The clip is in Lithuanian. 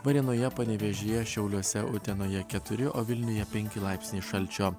varėnoje panevėžyje šiauliuose utenoje keturi o vilniuje penki laipsniai šalčio